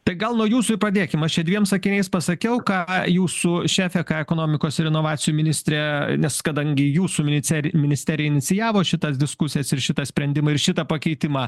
tai gal nuo jūsų ir pradėkim aš čia dviem sakiniais pasakiau ką jūsų šefe ką ekonomikos ir inovacijų ministrė nes kadangi jūsų minicerij ministerija inicijavo šitas diskusijas ir šitą sprendimą ir šitą pakeitimą